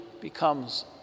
becomes